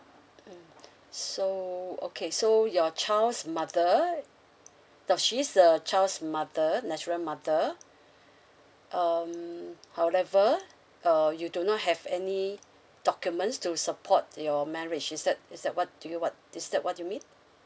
so okay so your child's mother now she's the child's mother natural mother um however uh you do not have any documents to support your marriage is that is that what do you what is that what you mean